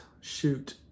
shoot